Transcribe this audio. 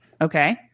okay